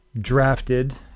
drafted